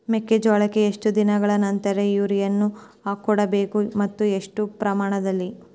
ಮೆಕ್ಕೆಜೋಳಕ್ಕೆ ಎಷ್ಟು ದಿನಗಳ ನಂತರ ಯೂರಿಯಾ ಕೊಡಬಹುದು ಮತ್ತು ಎಷ್ಟು ಪ್ರಮಾಣದಲ್ಲಿ?